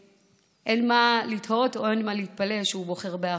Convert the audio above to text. אין מה לתהות ואין מה להתפלא שהוא בוחר באחדות.